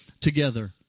together